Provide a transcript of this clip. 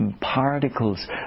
particles